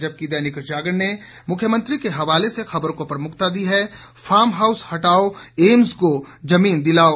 जबकि दैनिक जागरण ने मुख्यमंत्री के हवाले से खबर को प्रमुखता दी है फार्म हाउस हटाओ एम्स को जमीन दिलाओ